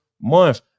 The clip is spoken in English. month